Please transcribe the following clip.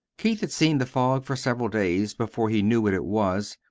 keith had seen the fog for several days before he knew what it was.